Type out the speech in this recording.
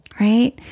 right